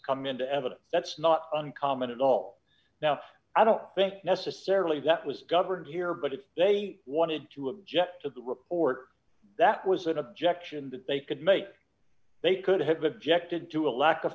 come into evidence that's not uncommon at all now i don't think necessarily that was covered here but if they wanted to object to the report that was an objection that they could make they could have objected to a lack of